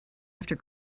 after